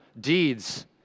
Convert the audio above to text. deeds